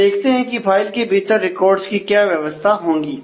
अब देखते हैं की फाइल के भीतर रिकॉर्ड्स की क्या व्यवस्था होगी